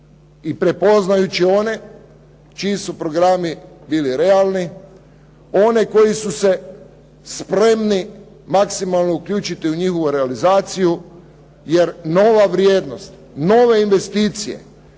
i prepoznajući one čiji su programi bili realni, one koji su se spremni maksimalno uključiti u njihovu realizaciju. Jer nova vrijednost, nove investicije,